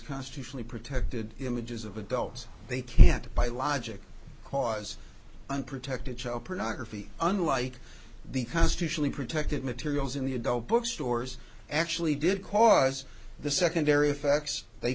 constitutionally protected images of adults they can't by logic cause unprotected child pornography unlike the constitutionally protected materials in the adult book stores actually did cause the secondary effects they